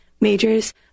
majors